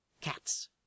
cats